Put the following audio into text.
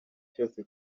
cyose